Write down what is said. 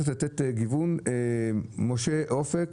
משה אופק,